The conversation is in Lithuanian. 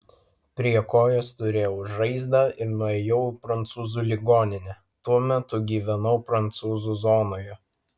prie kojos turėjau žaizdą ir nuėjau į prancūzų ligoninę tuo metu gyvenau prancūzų zonoje